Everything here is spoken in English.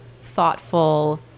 thoughtful